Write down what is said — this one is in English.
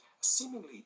seemingly